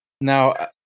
Now